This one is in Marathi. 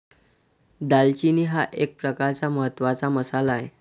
दालचिनी हा एक प्रकारचा महत्त्वाचा मसाला आहे